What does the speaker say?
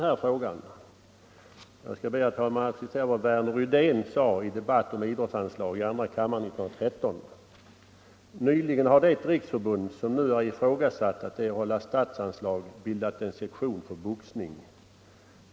Värner Rydén sade i denna debatt om idrottsanslag i andra kammaren år 1913: ”Nyligen har det riksförbund som nu är ifrågasatt att erhålla statsanslag bildat en sektion för boxning.